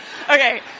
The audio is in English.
Okay